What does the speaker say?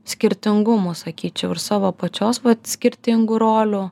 skirtingumų sakyčiau ir savo pačios bet skirtingų rolių